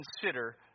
consider